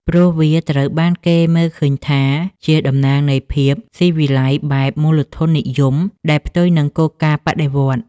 ព្រោះវាត្រូវបានគេមើលឃើញថាជាតំណាងនៃភាពស៊ីវិល័យបែបមូលធននិយមដែលផ្ទុយនឹងគោលការណ៍បដិវត្តន៍។